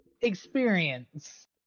experience